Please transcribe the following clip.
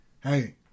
Hey